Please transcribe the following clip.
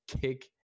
kick